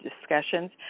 discussions